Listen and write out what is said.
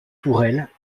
tourelles